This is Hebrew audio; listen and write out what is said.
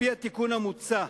על-פי התיקון המוצע,